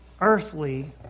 earthly